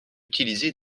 utilisé